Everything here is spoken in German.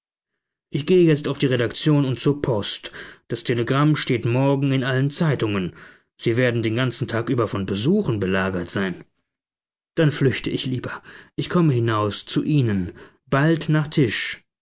ich gehe jetzt auf die redaktion und zur post das telegramm steht morgen in allen zeitungen sie werden den ganzen tag über von besuchen belagert sein dann flüchte ich lieber ich komme hinaus zu ihnen bald nach tisch